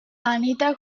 anita